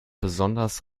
besonders